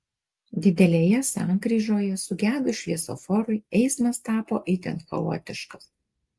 didelėje sankryžoje sugedus šviesoforui eismas tapo itin chaotiškas